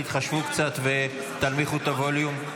תתחשבו קצת ותנמיכו את הווליום.